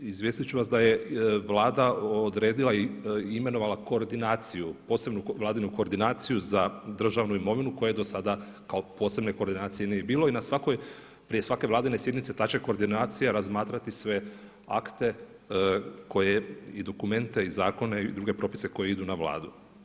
Izvijestit ću vas da je Vlada odredila i imenovala koordinaciju, posebnu vladinu koordinaciju za državnu imovinu koja je dosada kao posebne koordinacije nije je bilo i na svakoj, prije svake vladine sjednice ta će koordinacija razmatrati sve akte, i dokumente i zakone i druge propise koji idu na Vladu.